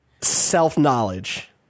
self-knowledge